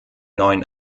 neuen